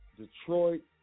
Detroit